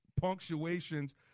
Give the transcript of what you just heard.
punctuations